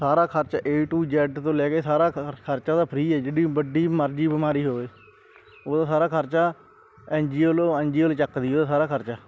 ਸਾਰਾ ਖਰਚਾ A to Z ਤੋਂ ਲੈ ਕੇ ਸਾਰਾ ਖ ਖਰਚਾ ਉਹਦਾ ਫਰੀ ਹੈ ਜਿੱਡੀ ਵੱਡੀ ਮਰਜ਼ੀ ਬਿਮਾਰੀ ਹੋਵੇ ਉਹਦਾ ਸਾਰਾ ਖਰਚਾ ਐਨਜੀਓ ਵੱਲੋਂ ਐਨਜੀਓ ਚੱਕਦੀ ਉਹਦਾ ਸਾਰਾ ਖਰਚਾ